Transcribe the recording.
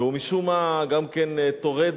והוא משום מה גם כן טורד